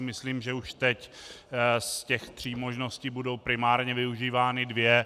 Myslím si, že už teď z těch tří možností budou primárně využívány dvě.